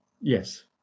Yes